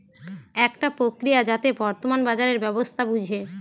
একটা প্রক্রিয়া যাতে বর্তমান বাজারের ব্যবস্থা বুঝে